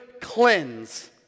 cleanse